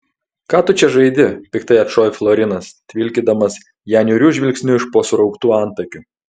ką tu čia žaidi piktai atšovė florinas tvilkydamas ją niūriu žvilgsniu iš po surauktų antakių